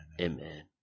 Amen